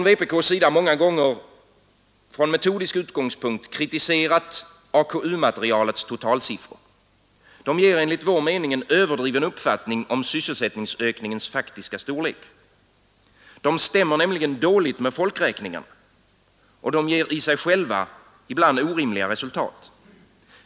Vpk har många gånger från metodisk utgångspunkt kritiserat AKU-materialets totalsiffror. De ger enligt vår mening en överdriven uppfattning om sysselsättningsökningens faktiska storlek. De stämmer nämligen dåligt med folkräkningarna, och de ger i sig själva ibland orimliga resultat.